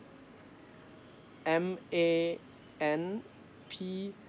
M A N P